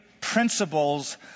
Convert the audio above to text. principles